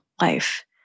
life